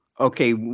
okay